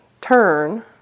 turn